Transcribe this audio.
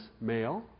male